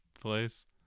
place